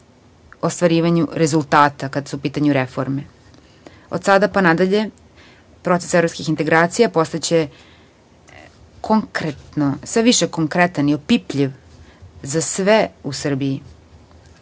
ostvarivanju rezultata kada su u pitanju reforme. Od sada pa nadalje, proces evropskih integracija će postati sve više konkretan i opipljiv za sve u Srbiji.